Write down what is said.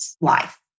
life